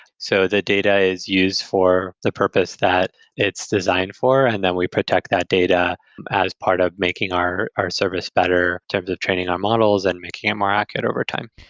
so the data is used for the purpose that it's designed for, and that we protect that data as part of making our our service better in terms of training our models and making them more accurate over time.